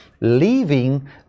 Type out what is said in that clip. leaving